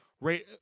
right